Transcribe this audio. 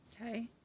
Okay